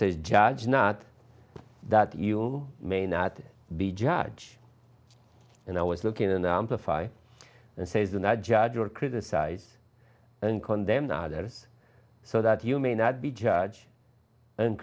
to judge not that you may not be judge and i was looking and amplify and says and i judge or criticize and condemn now that is so that you may not be judge and